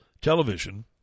television